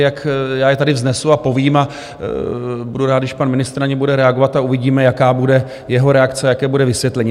Já je tady vznesu a povím a budu rád, když pan ministr na ně bude reagovat, a uvidíme, jaká bude jeho reakce, jaké bude vysvětlení.